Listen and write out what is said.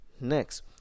Next